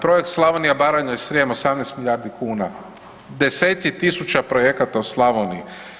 Projekt Slavonija, Baranja i Srijem 18 milijardi kuna, 10-tci tisuća projekta u Slavoniji.